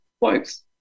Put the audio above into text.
works